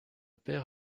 père